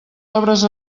obres